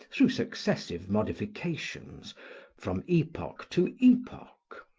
through successive modifications from epoch to epoch.